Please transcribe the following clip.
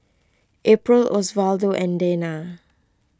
April Osvaldo and Dana